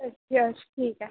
अच्छा ठीक ऐ